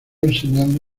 enseñando